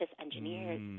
engineers